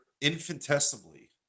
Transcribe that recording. infinitesimally